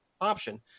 option